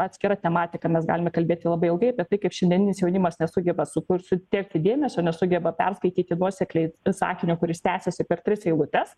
atskira tematika mes galime kalbėti labai ilgai apie tai kaip šiandieninis jaunimas nesugeba sukurti sutelkti dėmesio nesugeba perskaityti nuosekliai sakinio kuris tęsiasi per tris eilutes